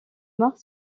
mars